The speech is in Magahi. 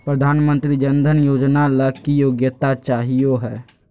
प्रधानमंत्री जन धन योजना ला की योग्यता चाहियो हे?